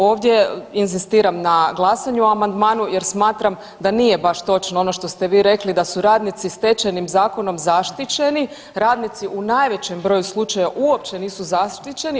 Ovdje inzistiram na glasanju o amandmanu jer smatram da nije baš točno ono što ste vi rekli, da su radnici Stečajnim zakonom zaštićeni, radnici u najvećem broju slučajeva uopće nisu zaštićeni.